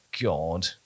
God